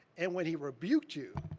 and when he rebuked you,